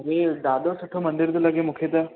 इहे ॾाढो सुठो मंदर थो लॻे मूंखे त